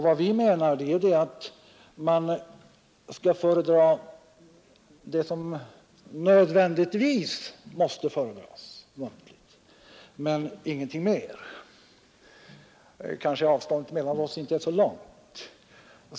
Vad vi menar är att man skall föredra det som nödvändigtvis måste föredras muntligt, ingenting mer. Men kanske är avståndet mellan oss ändå inte så stort.